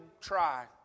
try